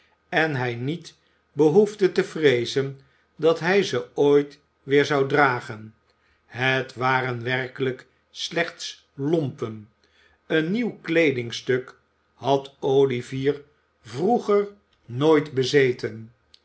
en hij niet behoefde te vreezen dat hij ze ooit weer zou dragen het waren werkelijk slechts lompen een nieuw kleedingstuk had olivier vroeger nooit bezeten